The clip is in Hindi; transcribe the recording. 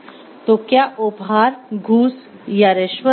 तो क्या उपहार घूस या रिश्वत ही हैं